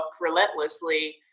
relentlessly